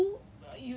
ya so that's like